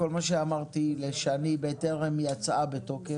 כל מה שאמרתי לשני בטרם יצאה, בתוקף.